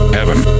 heaven